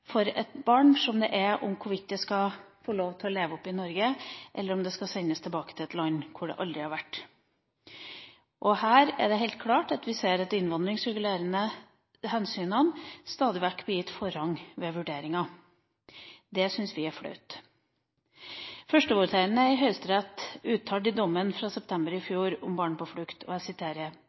det er for et barn om det skal få lov til å leve opp i Norge, eller om det skal sendes tilbake til et land hvor det aldri har vært. Her ser vi helt klart at de innvandringsregulerende hensynene stadig vekk blir gitt forrang ved vurderinga. Det syns vi er flaut. Førstevoterende i Høyesterett uttalte i dommen fra september i fjor om Barn på flukt: «Hovedinntrykket av meldingen er at regjeringen slutter seg til dagens regelverk og